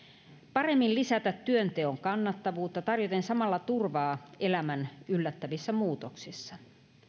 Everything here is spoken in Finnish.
paremmin lisätä työnteon kannattavuutta tarjoten samalla turvaa elämän yllättävissä muutoksissa